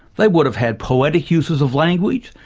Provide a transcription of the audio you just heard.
they would have had poetic uses of language,